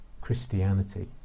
Christianity